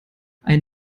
ein